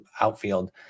outfield